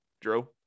Drew